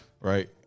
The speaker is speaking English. right